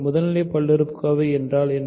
முதல்நிலை பல்லுறுப்புக்கோவை என்றால் என்ன